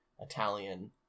Italian